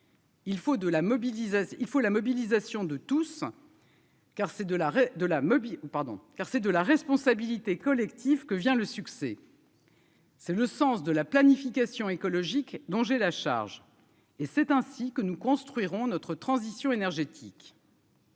de la Moby ou pardon car c'est de la responsabilité collective que vient le succès. C'est le sens de la planification écologique dont j'ai la charge et c'est ainsi que nous construirons notre transition énergétique.